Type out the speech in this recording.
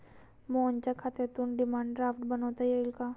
मोहनच्या खात्यातून demand draft बनवता येईल का?